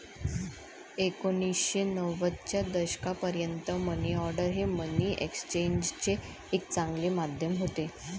एकोणीसशे नव्वदच्या दशकापर्यंत मनी ऑर्डर हे मनी एक्सचेंजचे एक चांगले माध्यम होते